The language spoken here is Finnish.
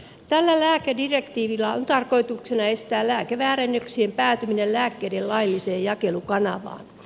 tällä lääkedirektiivillä on tarkoituksena estää lääkeväärennöksien päätyminen lääkkeiden lailliseen jakelukanavaan